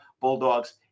Bulldogs